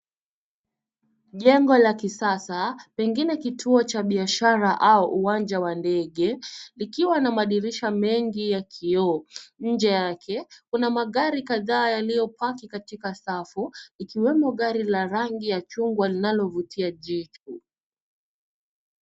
Jengo la kisasa pengine kituo cha biashara au uwanja wa ndege likiwa na madirisha mengi ya kioo. Nje yake kuna magari kadhaa yaliyopaki katika safu ikiwemo gari la rangi ya chungwa linalovutia jicho.